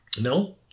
No